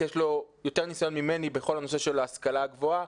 כי יש לו יותר ניסיון מני בנושא של ההשכלה הגבוהה,